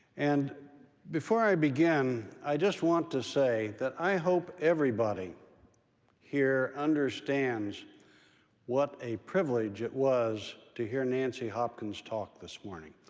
and before i begin, i just want to say that i hope everybody here understands what a privilege it was to hear nancy hopkins talk this morning.